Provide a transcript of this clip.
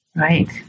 Right